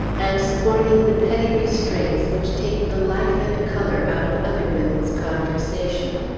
and scorning the petty restraints which take the life and color out of other women's conversation.